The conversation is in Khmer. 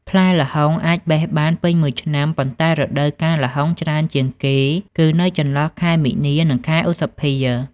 ផ្លែល្ហុងអាចបេះបានពេញមួយឆ្នាំ ប៉ុន្តែរដូវកាលល្ហុងច្រើនជាងគេគឺនៅចន្លោះខែមីនា និងខែឧសភា។